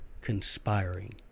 conspiring